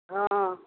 हँ